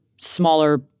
smaller